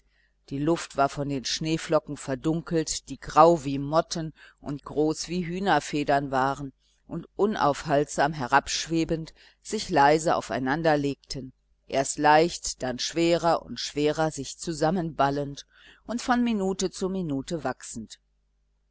die luft war von den schneeflocken verdunkelt die grau wie motten und groß wie hühnerfedern waren und unaufhaltsam herabschwebend sich leise aufeinander legten erst leicht dann schwerer und schwerer sich zusammenballend und von minute zu minute wachsend